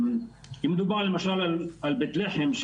מדובר למשל על בית לחם,